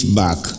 back